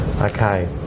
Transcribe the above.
Okay